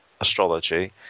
astrology